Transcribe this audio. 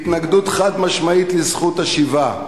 התנגדות חד-משמעית לזכות השיבה,